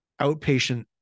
outpatient